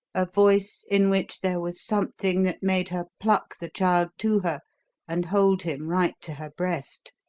a voice in which there was something that made her pluck the child to her and hold him right to her breast.